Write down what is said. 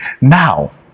Now